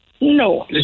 No